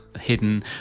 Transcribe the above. hidden